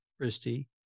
Christy